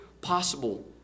possible